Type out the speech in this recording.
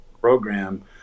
program